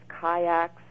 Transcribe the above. kayaks